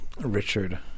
Richard